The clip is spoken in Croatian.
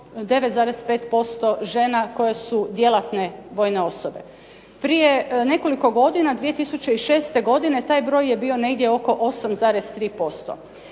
9,5% žena koje su djelatne vojne osobe. Prije nekoliko godina, 2006. godine taj broj je bio negdje oko 8,3%.